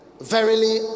Verily